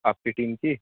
آپ کی ٹیم کی